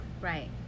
Right